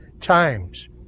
times